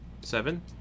Seven